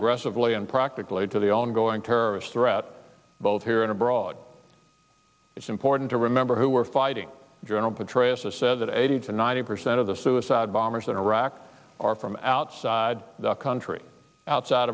aggressively and practically to the ongoing terrorist threat both here and abroad it's important to remember who we're fighting general petraeus has said that eighty to ninety percent of the suicide bombers in iraq are from outside the country outside